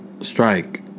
strike